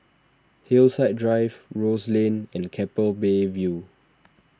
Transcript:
Hillside Drive Rose Lane and Keppel Bay View